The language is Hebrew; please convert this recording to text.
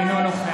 אינו נוכח